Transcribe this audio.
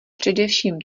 především